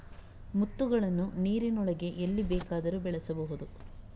ಮುತ್ತುಗಳನ್ನು ನೀರಿನೊಳಗೆ ಎಲ್ಲಿ ಬೇಕಾದರೂ ಬೆಳೆಸಬಹುದು